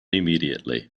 immediately